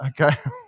Okay